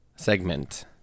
Segment